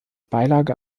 beilage